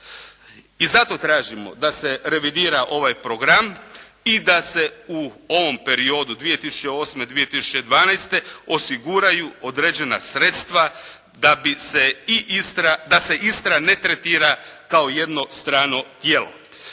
I zato tražimo da se revidira ovaj program i da se u ovom periodu 2008-2012. osiguraju određena sredstva da se Istra ne tretira kao jedno strano tijelo.